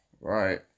Right